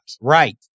Right